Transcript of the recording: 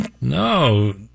No